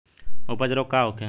अपच रोग का होखे?